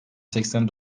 seksen